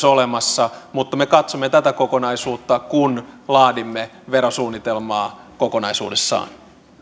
olemassa mutta me katsomme tätä kokonaisuutta kun laadimme verosuunnitelmaa kokonaisuudessaan